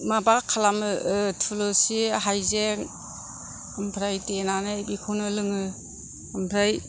माबा खालामो थुलुसि हाइजें ओमफ्राय देनानै बेखौनो लोङो ओमफ्राय